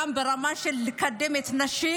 גם ברמה של לקדם נשים,